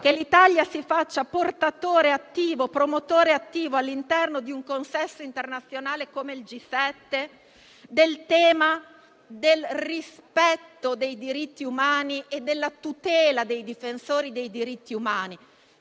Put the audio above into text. che l'Italia si faccia promotore attivo, all'interno di un consesso internazionale come il G7, del tema del rispetto dei diritti umani e della tutela dei difensori dei diritti umani,